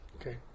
Okay